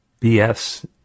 BS